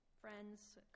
Friends